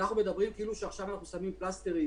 אנחנו מדברים כאילו עכשיו אנחנו שמים פלסטרים